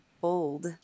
bold